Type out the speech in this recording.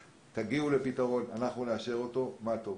אם תגיעו לפתרון ונאשר אותו מה טוב.